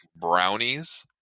brownies